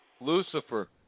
Lucifer